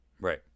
right